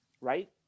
right